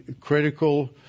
critical